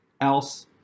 else